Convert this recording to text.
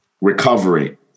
Recovery